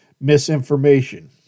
Misinformation